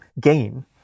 gain